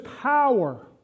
power